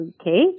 okay